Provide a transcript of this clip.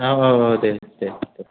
औ औ दे दे